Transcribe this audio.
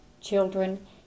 Children